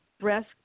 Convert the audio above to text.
breast